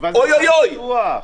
אוי-אוי-אוי.